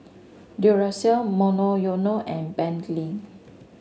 Duracell Monoyono and Bentley